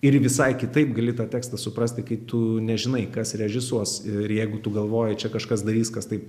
ir visai kitaip gali tą tekstą suprasti kai tu nežinai kas režisuos ir jeigu tu galvoji čia kažkas darys kas tai